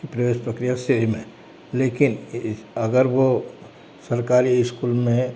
की प्रवेश प्रक्रिया सेम है लेकिन अगर वो सरकारी स्कूल में